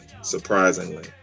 surprisingly